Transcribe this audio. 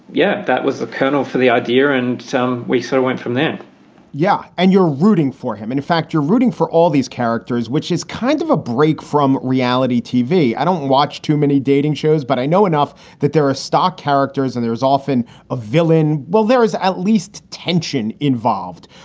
yeah, that was the kernel for the idea. and we sort of went from there yeah. and you're rooting for him and in fact, you're rooting for all these characters, which is kind of a break from reality tv. i don't watch too many dating shows, but i know enough that there are stock characters and there is often a villain. well, there is at least tension involved.